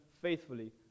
faithfully